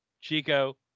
Chico